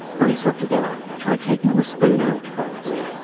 but yourself together. try taking the spoon out first!